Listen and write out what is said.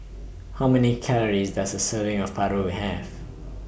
How Many Calories Does A Serving of Paru Have